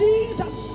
Jesus